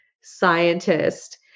Scientist